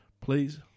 please